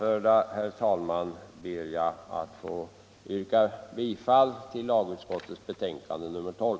Med det anförda ber jag att få yrka bifall till lagutskottets hemställan i betänkandet nr 12.